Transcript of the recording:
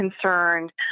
concerned